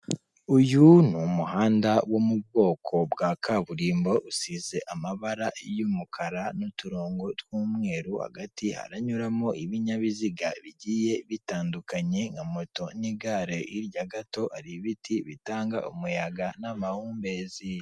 Uyu ni umuhanda wo mu bwoko bwa kaburimbo usize amabara y'umukara n'uturongo tw'umweru, hagati haranyuramo ibinyabiziga bigiye bitandukanye, nka moto n'igare rya gato hari ibiti bitanga umuyaga n'amahumbezi.